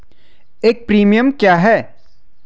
एक प्रीमियम क्या है?